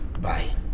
Bye